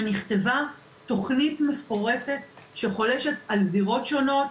ונכתבה תכנית מפורטת שחולשת על זירות שונות,